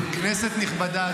כנסת נכבדה,